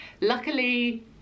Luckily